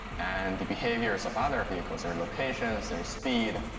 and behaviors of other vehicles, their locations, their speed,